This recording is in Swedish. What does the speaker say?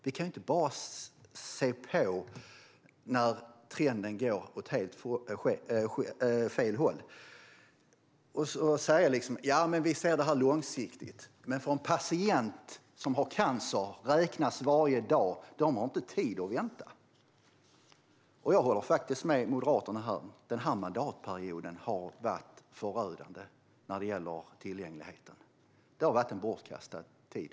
Vi kan inte bara se på när trenden går åt helt fel håll och säga att vi ser det långsiktigt. För patienter som har cancer räknas varje dag. De har inte tid att vänta. Jag håller med Moderaterna här. Den här mandatperioden har varit förödande för tillgängligheten. Det har varit en bortkastad tid.